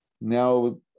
Now